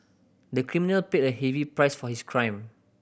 the criminal paid a heavy price for his crime